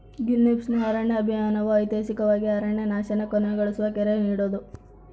ಗ್ರೀನ್ಪೀಸ್ನ ಅರಣ್ಯ ಅಭಿಯಾನವು ಐತಿಹಾಸಿಕವಾಗಿ ಅರಣ್ಯನಾಶನ ಕೊನೆಗೊಳಿಸಲು ಕರೆ ನೀಡೋದು